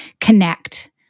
connect